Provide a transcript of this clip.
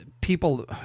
people